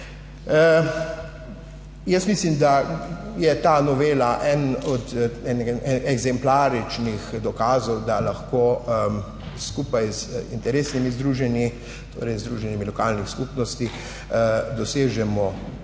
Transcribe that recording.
Mislim, da je ta novela eden od eksemplaričnih dokazov, da lahko skupaj z interesnimi združenji, torej združenji lokalnih skupnosti, dosežemo